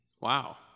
Wow